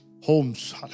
homes